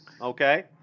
Okay